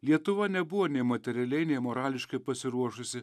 lietuva nebuvo nei materialiai nei morališkai pasiruošusi